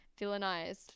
villainized